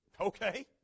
Okay